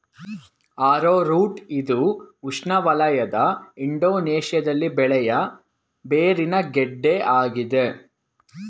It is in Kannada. ಆರೋರೂಟ್ ಇದು ಉಷ್ಣವಲಯದ ಇಂಡೋನೇಶ್ಯದಲ್ಲಿ ಬೆಳೆಯ ಬೇರಿನ ಗೆಡ್ಡೆ ಆಗಿದೆ